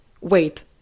wait